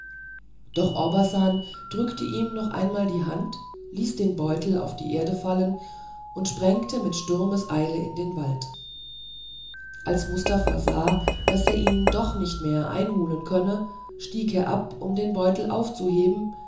doch orbasan drückte ihm noch einmal die hand ließ den beutel auf die erde fallen und sprengte mit sturmeseile in den wald als mustafa sah daß er ihn doch nicht mehr werde einholen können stieg er ab um den beutel aufzuheben